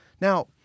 Now